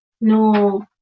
No